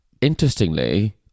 interestingly